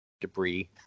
debris